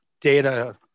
Data